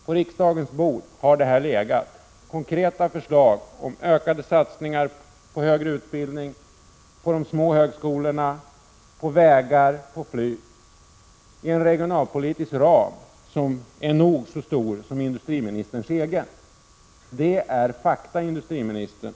På riksdagens bord har legat konkreta förslag om ökade satsningar på högre utbildning, på de små högskolorna, på vägar och flyg. Det är en regionalpolitisk ram som är nog så stor som industriministerns egen. Det är fakta, industriministern.